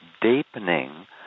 deepening